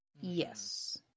Yes